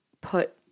put